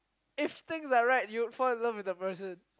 if things are right you would fall in love with the person